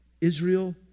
Israel